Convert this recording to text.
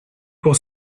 pour